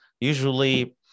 Usually